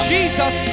Jesus